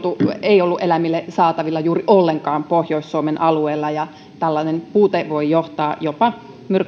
ei ollut eläimille saatavilla juuri ollenkaan pohjois suomen alueella ja tällainen puute voi johtaa jopa